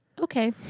Okay